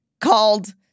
called